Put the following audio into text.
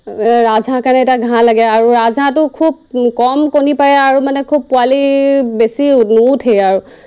ৰাজ হাঁহ কাৰণে এতিয়া ঘাঁহ লাগে আৰু ৰাজ হাঁহটো খুব কম কণী পাৰে আৰু মানে খুব পোৱালি বেছি নুঠেই আৰু